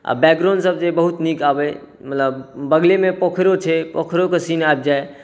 आ बैकग्राउंड सब जे बहुत नीक आबै मतलब बगले मे पोखरो छै पोखरो के सीन आबि जाइ